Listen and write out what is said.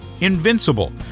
Invincible